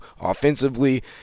offensively